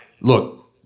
Look